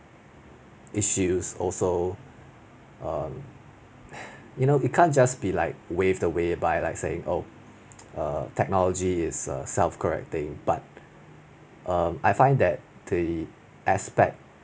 issues also um you know it can't just be like wave the way by like saying oh err technology is err self-correcting but um I find that the aspect